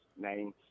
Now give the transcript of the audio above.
name